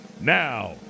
now